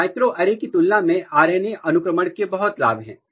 microarray की तुलना में आरएनए अनुक्रमण के बहुत लाभ हैं